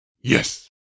Yes